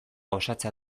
osatzea